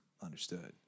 Understood